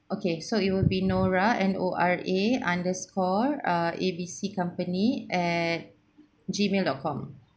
okay so it will be nora N O R A underscore ah A B C company at gmail dot com